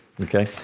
okay